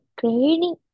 training